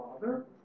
Father